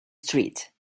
street